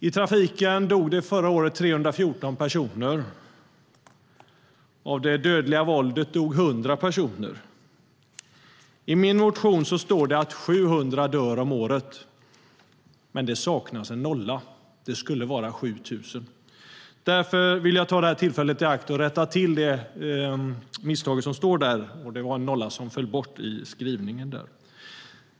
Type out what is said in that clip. I trafiken dog det förra året 314 personer. Av det dödliga våldet dog 100 personer. I min motion står att 700 dör om året av rökning, men det saknas en nolla. Det skulle vara 7 000. Jag vill därför ta detta tillfälle i akt och rätta till det misstag som står där. Det var en nolla som föll bort i skrivningen.